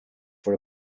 voor